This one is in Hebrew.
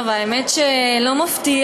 טוב, האמת שלא מפתיע